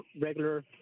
regular